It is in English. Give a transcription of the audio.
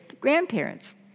grandparents